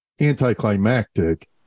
anticlimactic